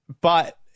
But-